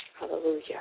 Hallelujah